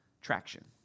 traction